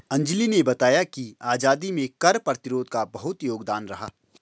अंजली ने बताया कि आजादी में कर प्रतिरोध का बहुत योगदान रहा